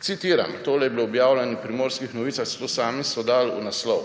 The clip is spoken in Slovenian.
Citiram, tole je bilo objavljeno v Primorskih novicah, celo sami so dali v naslov: